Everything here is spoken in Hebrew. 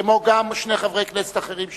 כמו גם שני חברי כנסת אחרים שנרשמו,